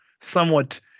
somewhat